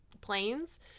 planes